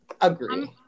Agree